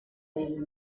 dei